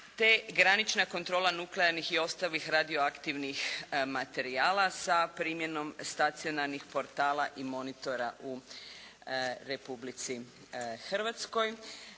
te granična kontrola nuklearnih i ostalih radioaktivnih materijala sa primjenom stacionarnih portala i monitora u Republici Hrvatskoj.